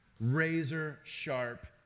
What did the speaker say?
razor-sharp